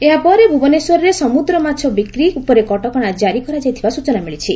ଏହାପରେ ଭୁବନେଶ୍ୱରରେ ସମୁଦ୍ର ମାଛ ବିକ୍ରି ଉପରେ କଟକଶା ଜାରି କରାଯାଇଥିବା ସ୍ଚନା ମିଳିଛି